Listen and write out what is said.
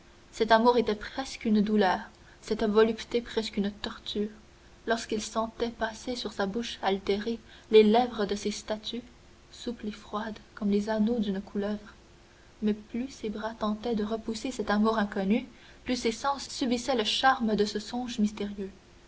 cet amour était presque une douleur cette volupté presque une torture lorsqu'il sentait passer sur sa bouche altérée les lèvres de ces statues souples et froides comme les anneaux d'une couleuvre mais plus ses bras tentaient de repousser cet amour inconnu plus ses sens subissaient le charme de ce songe mystérieux